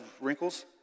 wrinkles